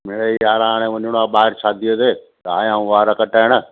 मिड़ई यारु हाणे वञिणो आहे ॿाहिरि शादीअ ते त आया आहियूं वार कटाइण